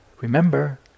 remember